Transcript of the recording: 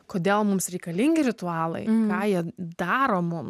kodėl mums reikalingi ritualai ką jie daro mums